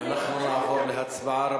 אנחנו נעבור להצבעה,